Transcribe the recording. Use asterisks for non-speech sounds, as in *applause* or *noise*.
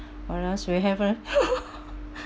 or else we have a *laughs*